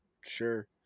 sure